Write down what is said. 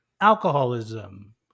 alcoholism